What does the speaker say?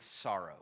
sorrow